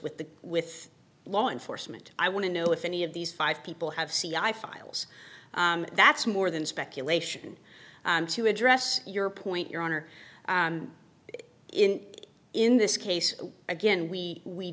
with the with law enforcement i want to know if any of these five people have c i files that's more than speculation to address your point your honor in in this case again we we